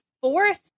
fourth